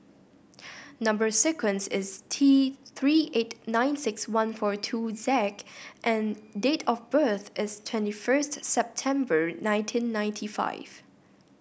number sequence is T Three eight nine six one four two Z and date of birth is twenty first September nineteen ninety five